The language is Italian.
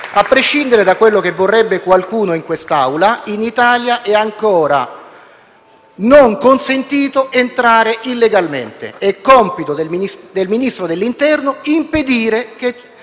A prescindere da ciò che vorrebbe qualcuno in quest'Aula, in Italia è ancora non consentito entrare illegalmente. È compito del Ministro dell'interno impedire che